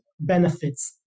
benefits